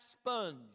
sponge